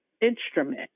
instrument